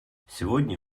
сегодня